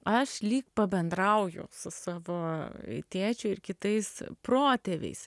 aš lyg pabendrauju su savo tėčiu ir kitais protėviais